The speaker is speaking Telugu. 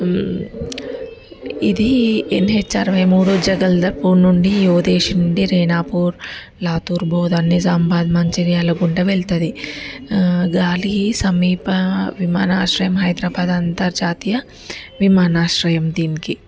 ఇది ఎన్హెచ్ఆర్వై మూడో చదరం నుండి ఓరదేశి నుండి రేనాపూర్ లాతూర్ బోధ అని సంపద మంచిర్యాల గుంట వెళ్తుంది గాలి సమీప విమాన ఆశ్రయం హైదరాబాదు అంతర్జాతీయ విమాన ఆశ్రయం దీనికి